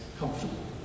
comfortable